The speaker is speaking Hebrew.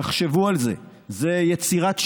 תחשבו על זה, זה יצירת שלם,